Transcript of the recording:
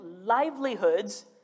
livelihoods